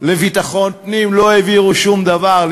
לביטחון פנים, לא העבירו שום דבר.